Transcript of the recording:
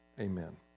Amen